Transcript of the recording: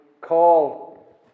call